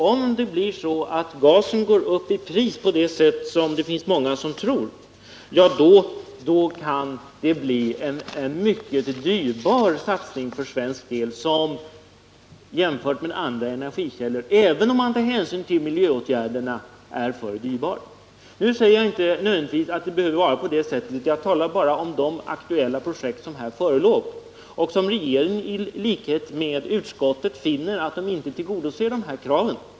Om det blir så att gasen går upp i pris på det sätt som många tror, då kan det bli fråga om en mycket dyrbar satsning för Sveriges del, alltför dyrbar jämförd med andra energikällor — även med hänsyn tagen till miljöåtgärderna. Det behöver inte nödvändigtvis vara på det sättet. Jag talar bara om de aktuella projekt som föreligger och som regeringen i likhet med utskottet finner inte tillgodoser föreliggande krav.